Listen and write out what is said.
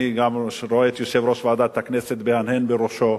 אני גם רואה את יושב-ראש ועדת הכנסת מהנהן בראשו.